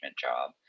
job